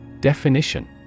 Definition